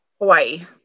Hawaii